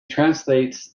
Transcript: translates